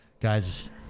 Guys